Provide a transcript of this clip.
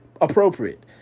appropriate